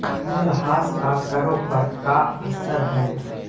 मूल्यह्रास का करों पर का असर हई